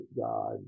God